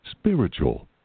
spiritual